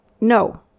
no